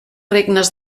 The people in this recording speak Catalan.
regnes